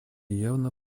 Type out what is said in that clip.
явно